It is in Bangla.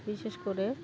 বিশেষ করে